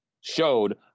Showed